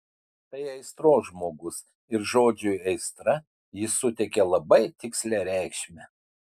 tai aistros žmogus ir žodžiui aistra jis suteikia labai tikslią reikšmę